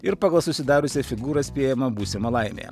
ir pagal susidariusią figūrą spėjama būsima laimė